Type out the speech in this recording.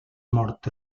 mort